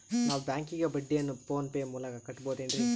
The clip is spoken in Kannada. ನಾವು ಬ್ಯಾಂಕಿಗೆ ಬಡ್ಡಿಯನ್ನು ಫೋನ್ ಪೇ ಮೂಲಕ ಕಟ್ಟಬಹುದೇನ್ರಿ?